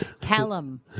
Callum